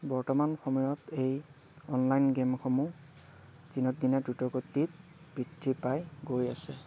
বৰ্তমান সময়ত এই অনলাইন গেমসমূহ দিনক দিনে দ্ৰুতগতিত বৃদ্ধি পাই গৈ আছে